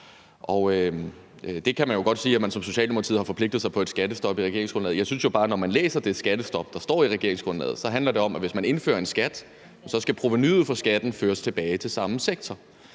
Man kan godt sige, at Socialdemokratiet har forpligtet sig på et skattestop i regeringsgrundlaget. Jeg synes jo bare, at når man læser om det skattestop, der står i regeringsgrundlaget, så handler det om, at hvis man indfører en skat, skal provenuet fra skatten føres tilbage til samme sektor,